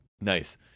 Nice